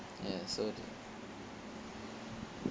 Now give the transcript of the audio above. ya so